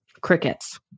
Crickets